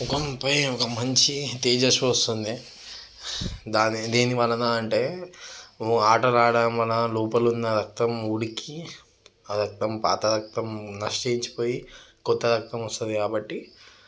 ముఖంపై ఒక మంచి తేజస్సు వస్తుంది దాని దీనివలన అంటే ఆటలు ఆడడంవలన లోపల ఉన్న రక్తం ఉడికి ఆ రక్తం పాత రక్తం నశించిపోయి కొత్త రక్తం వస్తుంది కాబట్టి